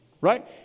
right